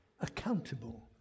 Accountable